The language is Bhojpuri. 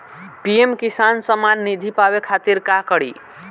पी.एम किसान समान निधी पावे खातिर का करी?